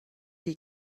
les